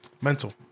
Mental